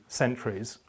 centuries